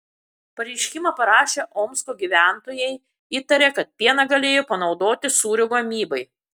pareiškimą parašę omsko gyventojai įtaria kad pieną galėjo panaudoti sūrio gamybai